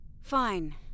Fine